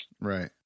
Right